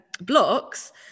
blocks